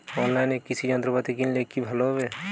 অনলাইনে কৃষি যন্ত্রপাতি কিনলে কি ভালো হবে?